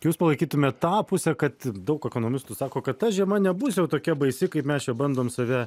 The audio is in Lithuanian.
jūs palaikytumėt tą pusę kad daug ekonomistų sako kad ta žiema nebus jau tokia baisi kaip mes čia bandom save